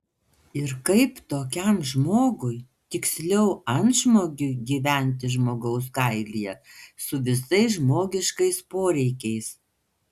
ir kaip tokiam žmogui tiksliau antžmogiui gyventi žmogaus kailyje su visais žmogiškais poreikiais